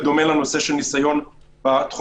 בדומה לנושא של ניסיון בתחום,